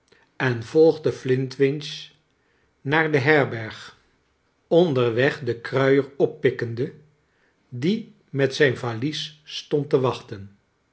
en volgde flintwinch naar de herberg onderweg den kruier oppikkende die met zijn valies stond te wachten